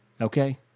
Okay